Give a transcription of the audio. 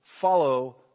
follow